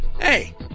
Hey